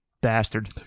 bastard